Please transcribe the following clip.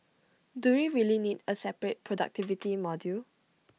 do we really need A separate productivity module